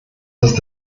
ist